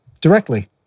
Directly